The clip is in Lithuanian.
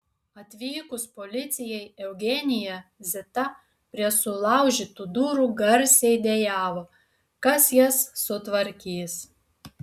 atvykus policijai eugenija zita prie sulaužytų durų garsiai dejavo kas jas sutvarkys